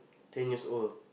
ten years old